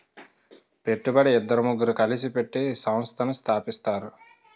పెట్టుబడి ఇద్దరు ముగ్గురు కలిసి పెట్టి సంస్థను స్థాపిస్తారు